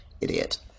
Idiot